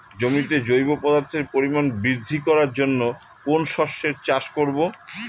জমিতে জৈব পদার্থের পরিমাণ বৃদ্ধি করার জন্য কোন শস্যের চাষ করবো?